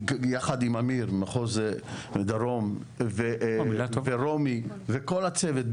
יחד עם אמיר ממחוז דרום ורומי וכל הצוות.